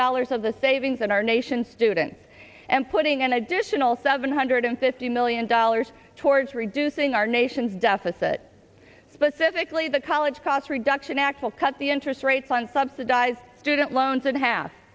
dollars of the savings in our nation's students and putting an additional seven hundred fifty million dollars towards reducing our nation's deficit specifically the college cost reduction act will cut the interest rates on subsidized student loans and half